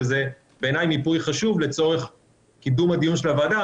ובעיניי זה מיפוי חשוב לצורך קידום הדיון של הוועדה,